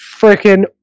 freaking